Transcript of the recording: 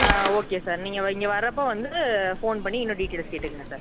ஆ okay sir நீங்கள் வ இங்கே வர்றப்போ வந்து ஃபோன் பண்ணி இன்னும் டீட்டெயில்ஸ் கேட்டுக்கங்க சார்